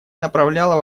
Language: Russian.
направляла